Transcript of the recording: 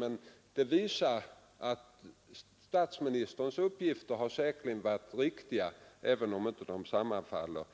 Detta visar dock att statsministerns uppgifter säkerligen var riktiga, även om de inte helt sammanfaller